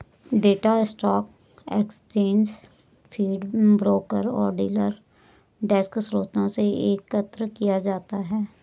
data stock exchange feed, broker और dealer desk स्रोतों से एकत्र किया जाता है